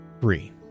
Three